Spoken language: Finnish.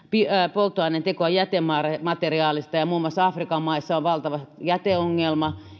polttoaineen tekoa jätemateriaalista ja muun muassa afrikan maissa on valtava jäteongelma niin